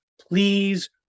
Please